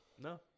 No